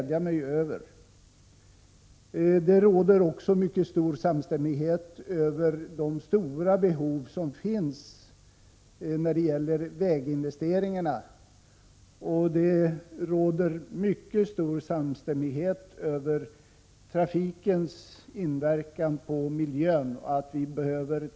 Det råder också en mycket stor samstämmighet om de stora behov som finns när det gäller väginvesteringar och trafikens inverkan på miljön. Vi behöver ta dessa frågor på mycket stort allvar.